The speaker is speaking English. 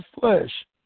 flesh